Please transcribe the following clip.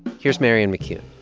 here's marianne mccune